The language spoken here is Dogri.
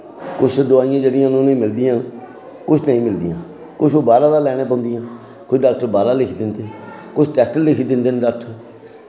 किश दोआइयां जेह्ड़ियां न लगदियां किश नेईं मिलदियां किश बाह्रा दा लैना पौंदियां कि डॉक्टर बाह्रा लिखी देन ओह् टैस्ट लिखी दिंदे न